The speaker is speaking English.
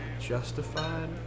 Justified